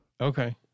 okay